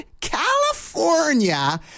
California